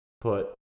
put